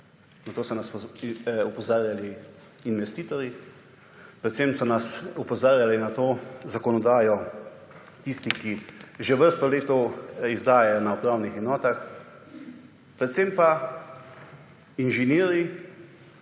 Na to so nas opozarjali investitorji. Predvsem so nas opozarjali na to zakonodajo tisti, ki že vrsto let izdajajo na upravnih enotah predvsem pa inženirji